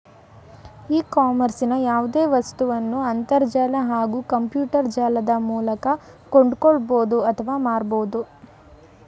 E ಕಾಮರ್ಸ್ಲಿ ಯಾವ್ದೆ ವಸ್ತುನ ಅಂತರ್ಜಾಲ ಹಾಗೂ ಕಂಪ್ಯೂಟರ್ಜಾಲದ ಮೂಲ್ಕ ಕೊಂಡ್ಕೊಳ್ಬೋದು ಅತ್ವ ಮಾರ್ಬೋದು